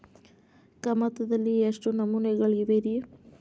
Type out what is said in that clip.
ಕಮತದಲ್ಲಿ ಎಷ್ಟು ನಮೂನೆಗಳಿವೆ ರಿ?